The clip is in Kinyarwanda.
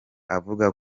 avuga